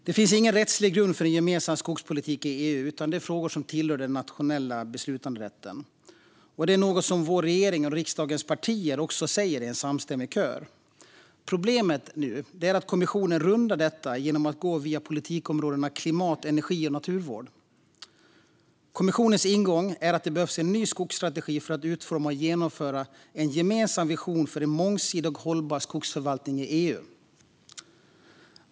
Det finns ingen rättslig grund för en gemensam skogspolitik i EU, utan detta är frågor som tillhör den nationella beslutanderätten. Det är något som vår regering och riksdagens partier också säger i en samstämmig kör. Problemet är att kommissionen nu rundar detta genom att gå via politikområdena klimat, energi och naturvård. Kommissionens ingång är att det behövs en ny skogsstrategi för att utforma och genomföra en gemensam vision för en mångsidig och hållbar skogsförvaltning i EU.